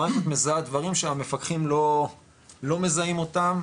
המערכת מזהה דברים שהמפקחים לא מזהים אותם,